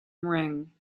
ring